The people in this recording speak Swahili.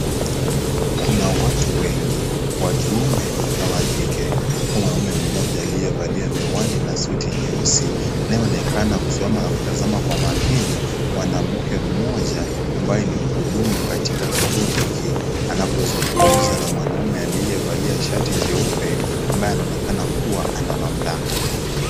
Kuna watu wengi, wa kiume na wa kike. Kuna mwanaume mmoja aliyevalia miwani na suti nyeusi anayeonekana kusoma na kutazama kwa makini mwanamke mmoja ambaye ni mhudumu katika kituo hiki anapozungumza na mwanaume aliyevalia shati jeupe ambaye anaonekana kuwa ana mamlaka.